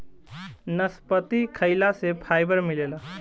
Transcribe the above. नसपति खाइला से फाइबर मिलेला